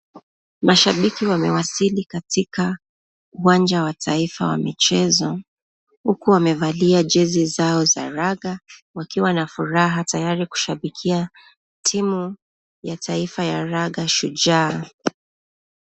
Mashabiki wamewasili katika uwanja wa taifa wa michezo, huku wamevalia jesi zao za raga, wakiwa na furaha tayari kushabikia timu ya taifa ya raga Shujaa.